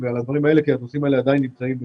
והדברים האלה כי הם נמצאים עדיין בדיון,